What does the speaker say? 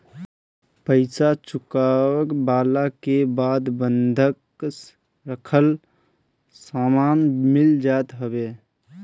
पईसा चुकवला के बाद बंधक रखल सामान मिल जात हवे